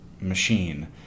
machine